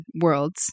worlds